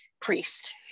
priest